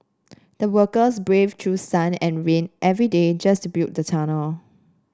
the workers braved through sun and rain every day just to build the tunnel